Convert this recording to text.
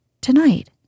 Tonight